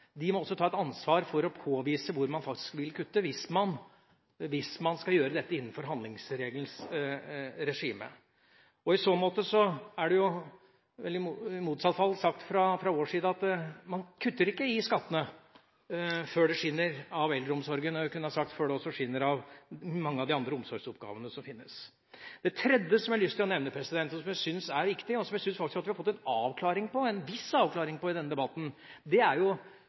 de som ønsker å bidra til store skatteletter for dem som har mest, må også ta etansvar for å påvise hvor man vil kutte hvis man skal gjøre dette innen handlingsregelens regime. Vi sier fra vår side at man kutter ikke i skattene før det skinner av eldreomsorgen. Man kunne også si før det skinner av mange av de andre omsorgsoppgavene som finnes. For det tredje har jeg lyst til å nevne, noe jeg synes er viktig, og som jeg også synes at vi har fått en viss avklaring på i denne debatten, Høyres tilnærming til hvordan vi skal fordele skattekronene – skatteutjevningen. Hvis det virkelig er